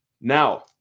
Now